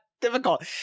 difficult